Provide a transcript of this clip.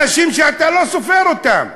אנשים שאתה לא סופר אותם.